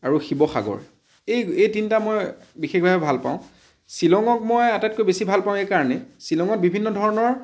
আৰু শিৱসাগৰ এই এই তিনিটা মই বিশেষভাৱে ভাল পাওঁ শ্বিলঙক মই আটাইতকৈ বেছি ভাল পাওঁ এই কাৰণেই শ্বিলঙত বিভিন্ন ধৰণৰ